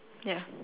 ya